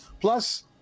Plus